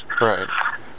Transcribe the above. Right